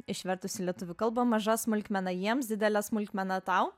išvertus į lietuvių kalbą maža smulkmena jiems didelė smulkmena tau